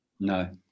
no